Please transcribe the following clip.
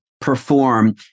perform